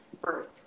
birth